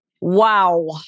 Wow